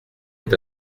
est